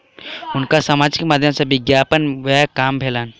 हुनका सामाजिक माध्यम सॅ विज्ञापन में व्यय काम भेलैन